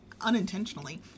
unintentionally